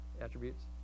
attributes